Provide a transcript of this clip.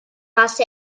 los